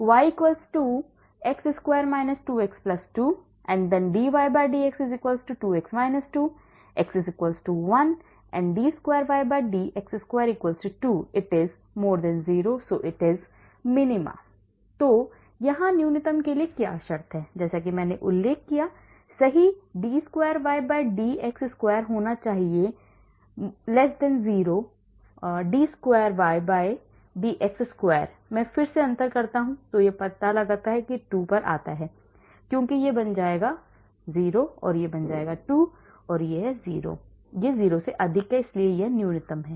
yx2 2x2 dydx 2x 2 x1 d2ydx2 2 it is 0 so minima तो यहां न्यूनतम के लिए क्या शर्त है मैंने उल्लेख किया था कि सही d वर्ग y dx वर्ग होना चाहिए 0 d वर्ग y d x वर्ग मैं फिर से अंतर करता हूं यह 2 पर आता है क्योंकि यह बन जाएगा यह 0 है यह 2 है यह 0 से अधिक है इसलिए यह न्यूनतम है